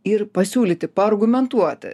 ir pasiūlyti paargumentuoti